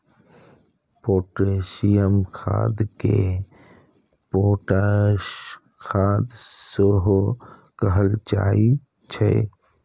potassium खाद कें potash खाद सेहो कहल जाइ छै